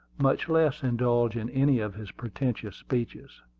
much less indulge in any of his pretentious speeches.